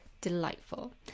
delightful